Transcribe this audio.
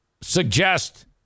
suggest